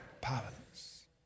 powerless